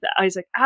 Isaac